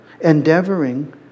endeavoring